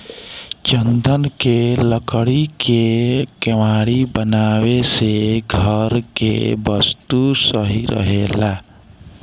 चन्दन के लकड़ी के केवाड़ी बनावे से घर के वस्तु सही रहेला